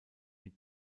mit